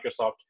microsoft